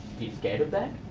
be scared of that?